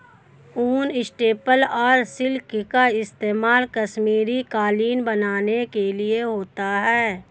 ऊन, स्टेपल और सिल्क का इस्तेमाल कश्मीरी कालीन बनाने के लिए होता है